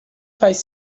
faz